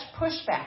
pushback